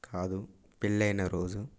కాదు పెళ్ళైన రోజు